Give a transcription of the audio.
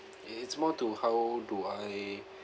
it's it's more to how do I